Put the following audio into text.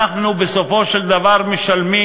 אנחנו בסופו של דבר משלמים,